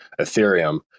Ethereum